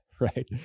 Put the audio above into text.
Right